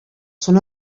són